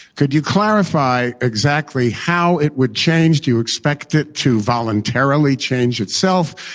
could you clarify exactly how it would change? do you expect it to voluntarily change itself?